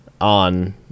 on